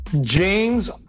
James